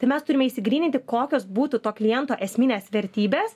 tai mes turime išsigryninti kokios būtų to kliento esminės vertybės